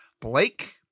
Blake